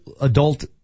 adult